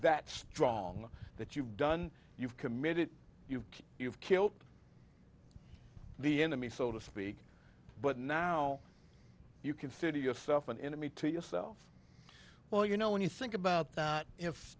that strong that you've done you've committed you you've killed the enemy so to speak but now you consider yourself an enemy to yourself well you know when you think about that if